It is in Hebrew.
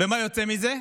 ומה יוצא מזה?